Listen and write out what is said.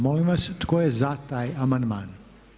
Molim vas tko je za taj amandman?